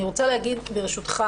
אני רוצה להגיד, ברשותך